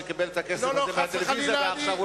שקיבל את הכסף הזה מהטלוויזיה ועכשיו הוא